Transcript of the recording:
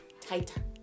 tighter